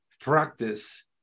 practice